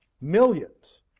millions